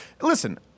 Listen